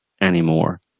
anymore